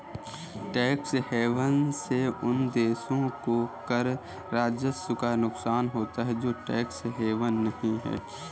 tax haven से उन देशों को कर राजस्व का नुकसान होता है जो टैक्स हेवन नहीं हैं